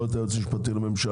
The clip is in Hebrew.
לא את היועץ המשפטי לממשלה,